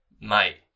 Mate